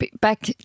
back